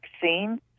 vaccine